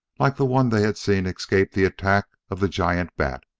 like the one they had seen escape the attack of the giant bat,